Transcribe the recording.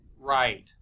Right